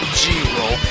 g-roll